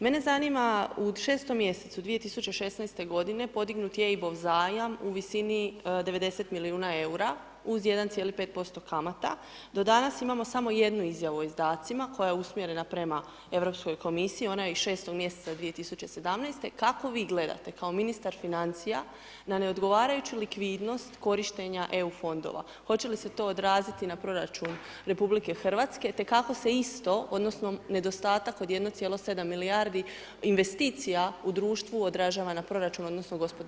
Mene zanima, u 6 mjesecu 2016. godine, podignut je EIB-ov zajam u visini 90 milijuna EUR-a uz 1,5% kamata, do danas imao samo jednu izjavu o izdacima, koja je usmjerena prema Europskom komisiji, ona je iz 6-og mjeseca 2017., kako vi gledate kao ministar financija na neodgovarajuću likvidnost korištenja EU fondova, hoće li se to odraziti na proračun Republike Hrvatske, te kako se isto, odnosno nedostatak od 1,7 milijardi investicija u društvu, odražava na proračun odnosno gospodarski rast?